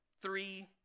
three